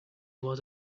was